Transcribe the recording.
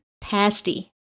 Pasty